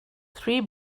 three